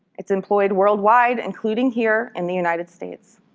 it's employed worldwide, including here in the united states.